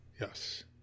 Yes